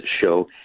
show